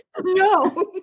no